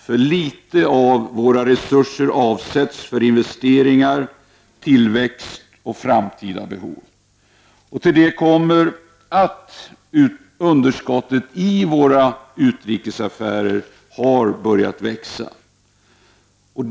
För litet av våra resurser avsätts för investeringar, tillväxt och framtida behov. Till det kommer att underskottet i våra utrikesaffärer har börjat växa.